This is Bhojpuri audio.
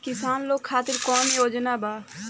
किसान लोग खातिर कौनों योजना बा का?